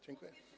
Dziękuję.